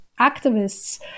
activists